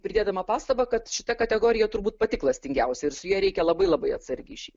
pridėdama pastabą kad šita kategorija turbūt pati klastingiausia ir su ja reikia labai labai atsargiai šiaip